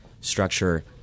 structure